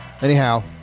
Anyhow